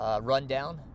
Rundown